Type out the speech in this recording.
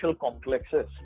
complexes